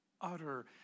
utter